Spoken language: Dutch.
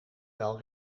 wel